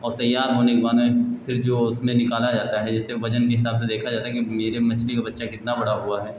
और तैयार होने के बाद में फ़िर जो उसमें निकाला जाता है जैसे वज़न के हिसाब से देखा जाता है जैसे मेरे मछली का बच्चा कितना बड़ा हुआ है